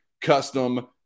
custom